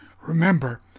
Remember